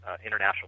international